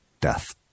death